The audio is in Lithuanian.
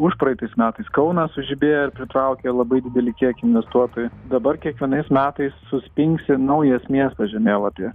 užpraeitais metais kaunas sužibėjo ir pritraukė labai didelį kiekį investuotojų dabar kiekvienais metais suspingsi naujas miestas žemėlapyje